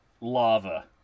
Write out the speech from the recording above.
lava